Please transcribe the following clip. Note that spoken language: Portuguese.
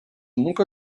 nunca